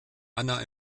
anna